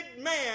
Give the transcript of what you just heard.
man